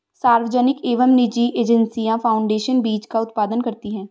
सार्वजनिक एवं निजी एजेंसियां फाउंडेशन बीज का उत्पादन करती है